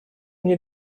мне